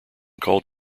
called